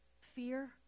fear